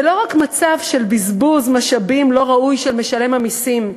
זה לא רק מצב של בזבוז משאבים לא ראוי של משלם המסים,